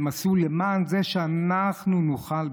הם עשו למען זה שאנחנו נוכל,